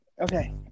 okay